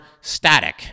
static